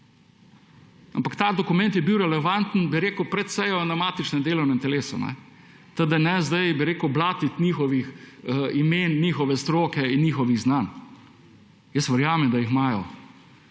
Ampak ta dokument je bil relevanten pred sejo na matičnem delovnem telesu. Tako da ne zdaj blatiti njihovih imen, njihove stroke in njihovih znanj. Verjamem, da jih imajo,